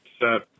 set